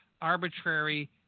arbitrary